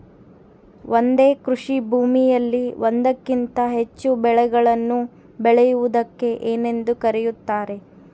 ಒಂದೇ ಕೃಷಿಭೂಮಿಯಲ್ಲಿ ಒಂದಕ್ಕಿಂತ ಹೆಚ್ಚು ಬೆಳೆಗಳನ್ನು ಬೆಳೆಯುವುದಕ್ಕೆ ಏನೆಂದು ಕರೆಯುತ್ತಾರೆ?